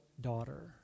daughter